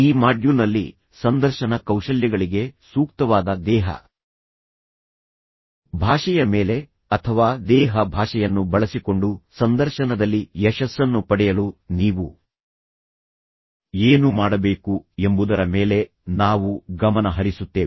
ಈ ಮಾಡ್ಯೂಲ್ನಲ್ಲಿ ಸಂದರ್ಶನ ಕೌಶಲ್ಯಗಳಿಗೆ ಸೂಕ್ತವಾದ ದೇಹ ಭಾಷೆಯ ಮೇಲೆ ಅಥವಾ ದೇಹ ಭಾಷೆಯನ್ನು ಬಳಸಿಕೊಂಡು ಸಂದರ್ಶನದಲ್ಲಿ ಯಶಸ್ಸನ್ನು ಪಡೆಯಲು ನೀವು ಏನು ಮಾಡಬೇಕು ಎಂಬುದರ ಮೇಲೆ ನಾವು ಗಮನ ಹರಿಸುತ್ತೇವೆ